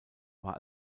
war